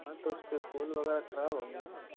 हाँ तो उसके फूल वग़ैरा ख़राब होंगे ना